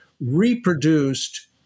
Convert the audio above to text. reproduced